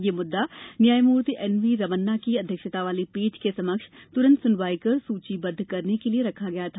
यह मुद्दा न्यायमूर्ति एन वी रमन्ना की अध्यक्षता वाली पीठ के समक्ष तुरंत सुनवाई कर सूचीबद्ध करने के लिये रखा गया था